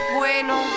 bueno